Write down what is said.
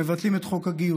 מבטלים את חוק הגיוס,